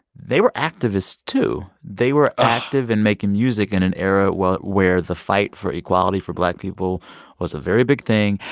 they were activists, too. they were active in making music in an era where where the fight for equality for black people was a very big thing.